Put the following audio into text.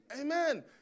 Amen